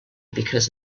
because